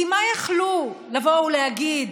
כי מה יכלו לבוא ולהגיד